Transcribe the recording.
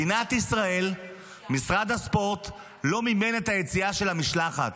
במדינת ישראל משרד הספורט לא מימן את היציאה של המשלחת.